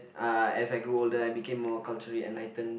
uh as I grew older I became more culturally enlightened